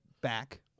back